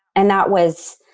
and that was,